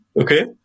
Okay